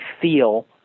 feel